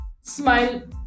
smile